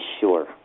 sure